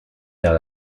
vers